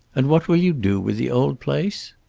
and what will you do with the old place?